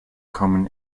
common